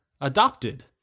adopted